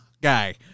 guy